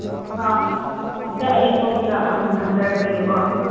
ꯑꯃꯨꯛꯇ ꯑꯩ ꯁꯣꯝꯗ ꯍꯪꯖꯔꯛꯈꯤꯒꯦꯀꯣ